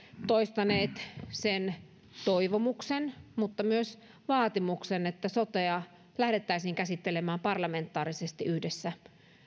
toistaneet sen toivomuksen mutta myös vaatimuksen että sotea lähdettäisiin käsittelemään parlamentaarisesti yhdessä